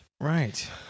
Right